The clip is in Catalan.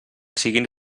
siguin